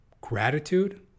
gratitude